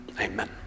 Amen